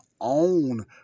own